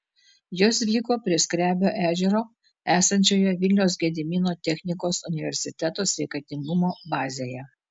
jos vyko prie skrebio ežero esančioje vilniaus gedimino technikos universiteto sveikatingumo bazėje